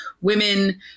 women